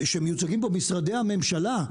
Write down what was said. שמיוצגים פה משרדי הממשלה,